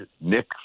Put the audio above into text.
Nick